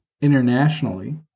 internationally